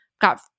got